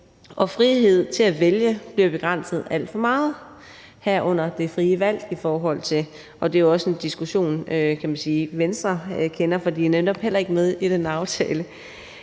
og frihed til at vælge bliver begrænset alt for meget, herunder det frie valg, og det er også en diskussion, kan man sige, Venstre kender, for de er netop heller ikke med i den aftale.